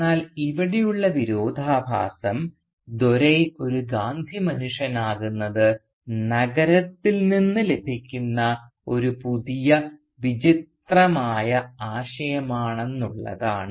എന്നാൽ ഇവിടെയുള്ള വിരോധാഭാസം ദോരൈ ഒരു ഗാന്ധി മനുഷ്യനാകുന്നത് നഗരത്തിൽ നിന്ന് ലഭിക്കുന്ന ഒരു പുതിയ വിചിത്രമായ ആശയമാണെന്നുള്ളതാണ്